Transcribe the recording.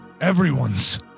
everyone's